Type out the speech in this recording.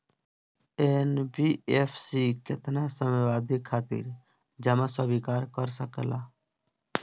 NBFC केतना समयावधि खातिर जमा स्वीकार कर सकला?